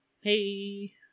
hey